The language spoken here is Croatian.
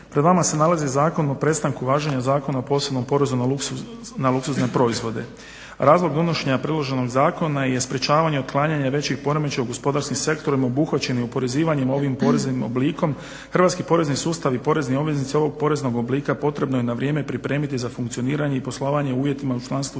Pred vama se Zakon o prestanku važenja Zakona o posebnom porezu na luksuzne proizvode. Razlog donošenja priloženog zakona je sprječavanje otklanjanja većih poremećaja u gospodarskim sektorima, obuhvaćeni oporezivanjem ovim poreznim oblikom, hrvatski porezni sustav i porezni obveznici ovog poreznog oblika potrebno je na vrijeme pripremiti za funkcioniranje i poslovanje uvjetima u članstvu